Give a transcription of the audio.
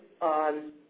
on